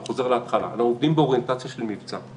אני חוזר להתחלה: אנחנו עובדים באוריינטציה של מבצע,